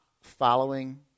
following